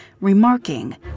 remarking